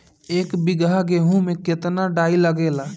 एक बीगहा गेहूं में केतना डाई लागेला?